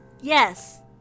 yes